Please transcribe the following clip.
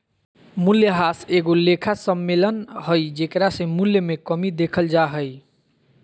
मूल्यह्रास एगो लेखा सम्मेलन हइ जेकरा से मूल्य मे कमी देखल जा हइ